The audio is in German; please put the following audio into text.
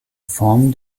form